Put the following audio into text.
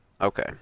Okay